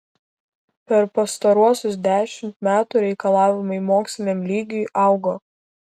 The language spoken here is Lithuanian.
per pastaruosius dešimt metų reikalavimai moksliniam lygiui augo